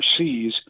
overseas